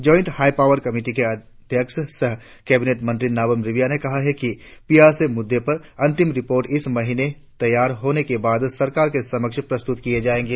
joint high power committee के अध्यक्ष सह केविनेट मंत्री नाबम रिविया ने कहा है कि पी आर सी मुद्दे पर अंतिम रिपोर्ट इस महीने तैयार होने के बाद सरकार के समक्ष प्रस्तुत किया जायेगा